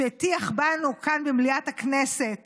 שהטיח בנו כאן במליאת הכנסת